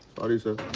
sorry sir. ah.